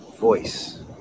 voice